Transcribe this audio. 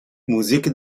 موزیک